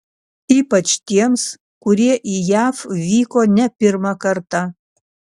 ypač tiems kurie į jav vyko ne pirmą kartą